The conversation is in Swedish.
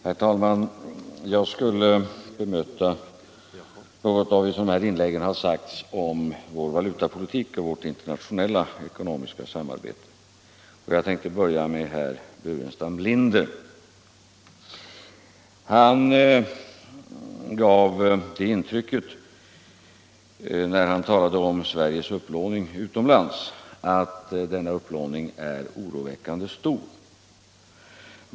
Herr talman! Jag skall bemöta något av vad som i tidigare inlägg sagts om vår valutapolitik och vårt internationella samarbete, och jag tänkte börja med herr Burenstam Linder. Han gav det intrycket när han talade om Sveriges upplåning utomlands, att denna upplåning är oroväckande stor.